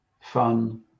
fun